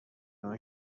نوع